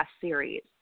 series